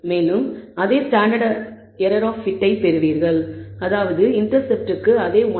மேலும் அதே standard error of fit பெறுவீர்கள் அதாவது இண்டெர்செப்ட்க்கு அதே 1